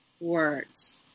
words